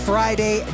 Friday